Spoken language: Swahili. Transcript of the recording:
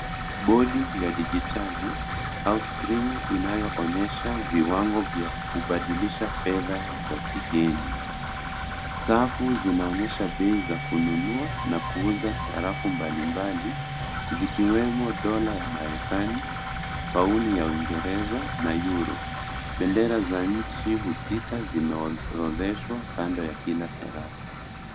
Bodi ya digitali au skrini inayoonyesha viwango vya kubadilisha fedha za kigeni. Safu zinaonyesha bei za kununua na kuuza sarafu mbalimbali zikiwemo dola ya Marekani, pauni ya Uingereza na yuro. Bendera za nchi husika zimeorodheshwa kando ya kila sarafu.